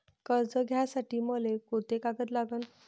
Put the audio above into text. कर्ज घ्यासाठी मले कोंते कागद लागन?